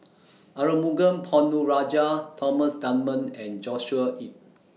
Arumugam Ponnu Rajah Thomas Dunman and Joshua Ip